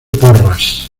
porras